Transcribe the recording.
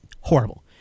horrible